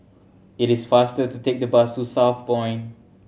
it is faster to take the bus to Southpoint